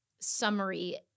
summary